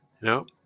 No